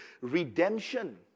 redemption